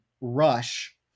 rush